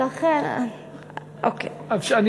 אוקיי.